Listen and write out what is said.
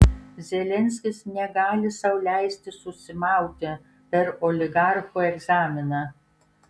zelenskis negali sau leisti susimauti per oligarchų egzaminą